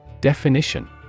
Definition